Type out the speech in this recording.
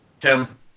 tim